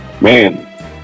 man